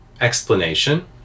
explanation